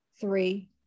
three